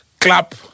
clap